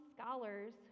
scholars